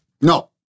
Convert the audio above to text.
No